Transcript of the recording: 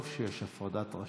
זה טוב שיש הפרדת רשויות.